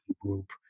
group